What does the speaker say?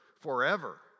forever